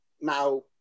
Now